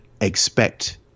expect